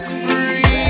free